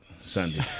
Sunday